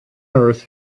earth